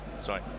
Sorry